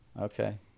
Okay